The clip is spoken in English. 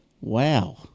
Wow